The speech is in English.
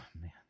man